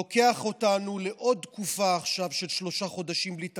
והוא לוקח אותנו עכשיו לעוד תקופה של שלושה חודשים בלי תקציב,